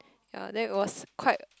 ya then it was quite